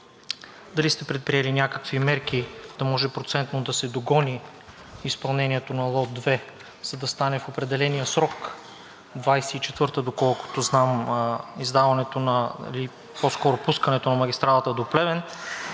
дали сте предприели някакви мерки да може процентно да се догони, изпълнението на лот 2, за да стане в определения срок – 2024 г., доколкото знам, пускането на магистралата до Плевен?